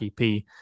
EP